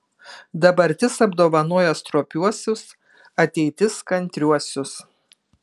dabartis apdovanoja stropiuosius ateitis kantriuosius